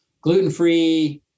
gluten-free